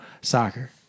Soccer